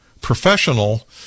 professional